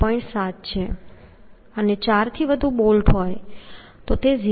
7 છે અને જો આપણે 4 અથવા વધુ બોલ્ટ લઈએ તો તે 0